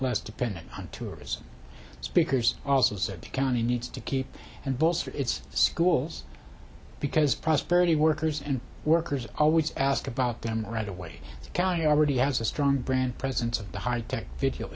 less dependent on tourism speakers also said the county needs to keep and bolster its schools because prosperity workers and workers always ask about them right away the county already has a strong brand presence of the high tech video